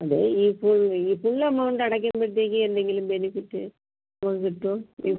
അതെ ഈ ഫുൾ ഈ ഫുൾ എമൗണ്ടടയ്ക്കുമ്പോഴത്തേക്ക് എന്തെങ്കിലും ബെനിഫിറ്റ് നമുക്ക് കിട്ടോ ഇത്